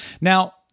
Now